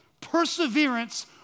Perseverance